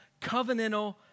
covenantal